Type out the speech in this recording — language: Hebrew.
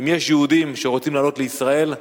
אם יש יהודים שרוצים לעלות לישראל,